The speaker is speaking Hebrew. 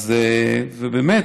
אז באמת,